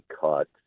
caught